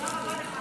תודה רבה לך.